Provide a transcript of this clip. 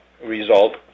result